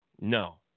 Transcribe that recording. No